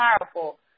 powerful